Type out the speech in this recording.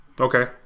Okay